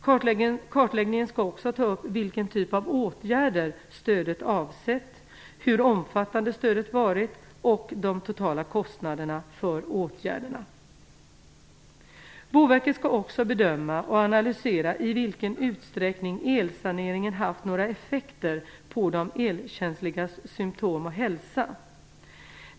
Kartläggningen skall också ta upp vilken typ av åtgärder stödet avsett, hur omfattande stödet varit och de totala kostnaderna för åtgärderna. Boverket skall också bedöma och analysera i vilken utsträckning elsaneringen haft några effekter på de elkänsligas symtom och hälsa.